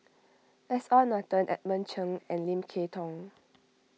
S R Nathan Edmund Cheng and Lim Kay Tong